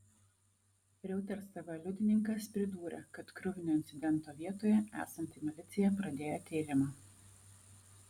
reuters tv liudininkas pridūrė kad kruvino incidento vietoje esanti milicija pradėjo tyrimą